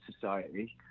society